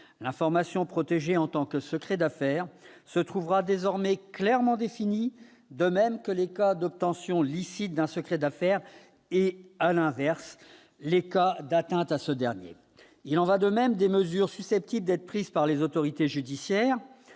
L'information protégée en tant que secret d'affaires se trouvera désormais clairement définie, de même que les cas d'obtention licite d'un secret d'affaires et, à l'inverse, les cas d'atteinte à ce dernier. Il en va de même des mesures susceptibles d'être prises par les autorités judiciaires,